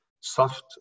soft